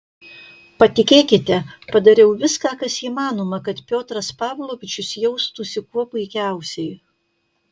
patikėkite padariau viską kas įmanoma kad piotras pavlovičius jaustųsi kuo puikiausiai